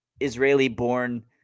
Israeli-born